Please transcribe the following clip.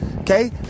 Okay